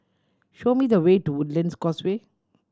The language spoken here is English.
show me the way to Woodlands Causeway